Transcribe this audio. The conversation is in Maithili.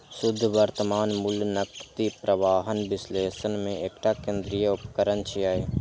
शुद्ध वर्तमान मूल्य नकदी प्रवाहक विश्लेषण मे एकटा केंद्रीय उपकरण छियै